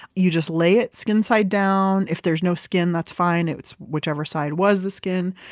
you just lay it skin side down. if there's no skin, that's fine it's whichever side was the skin.